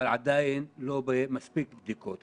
אבל עדיין אין מספיק בדיקות.